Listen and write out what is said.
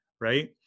right